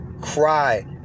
Cry